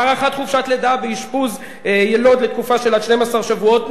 הארכת חופשת לידה באשפוז יילוד לתקופה של עד 12 שבועות,